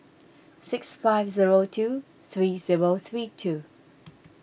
six five zero two three zero three two